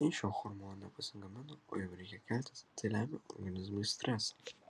jei šio hormono nepasigamino o jau reikia keltis tai lemia organizmui stresą